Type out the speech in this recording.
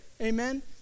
Amen